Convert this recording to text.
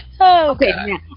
Okay